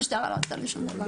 המשטרה לא עשתה לו שום דבר.